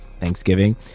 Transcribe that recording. thanksgiving